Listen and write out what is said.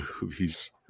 movies